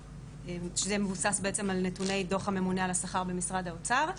שזה מבוסס בעצם על נתוני דוח הממונה על השכר במשרד האוצר,